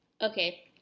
Okay